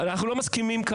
כרגע אנחנו לא מסכימים,